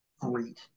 great